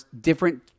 different